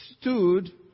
stood